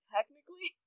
Technically